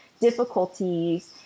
difficulties